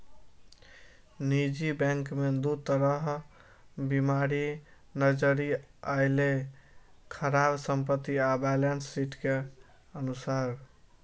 निजी बैंक मे दू तरह बीमारी नजरि अयलै, खराब संपत्ति आ बैलेंस शीट के नुकसान